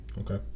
Okay